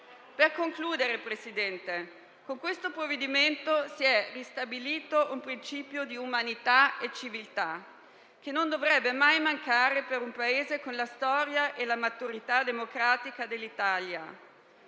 Per concludere, Presidente, con questo provvedimento si è ristabilito un principio di umanità e civiltà che non dovrebbe mai mancare in un Paese con la storia e la maturità democratica dell'Italia.